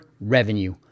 revenue